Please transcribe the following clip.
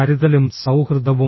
കരുതലും സൌഹൃദവും